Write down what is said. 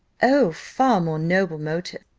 oh, far more noble motive!